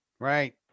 right